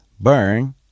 burn